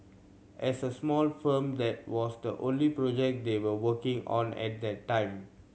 as a small firm that was the only project they were working on at that time